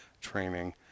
training